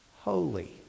Holy